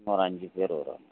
ஒரு அஞ்சு பேர் வறோம்